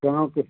कहाँ पर